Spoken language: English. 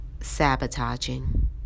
sabotaging